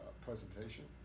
presentation